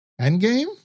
Endgame